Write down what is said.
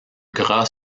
gras